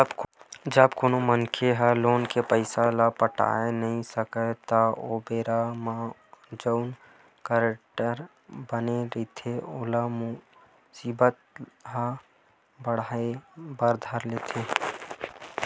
जब कोनो मनखे ह लोन के पइसा ल पटाय नइ सकय त ओ बेरा म जउन गारेंटर बने रहिथे ओखर मुसीबत ह बाड़हे बर धर लेथे